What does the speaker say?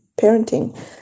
parenting